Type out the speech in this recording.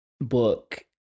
book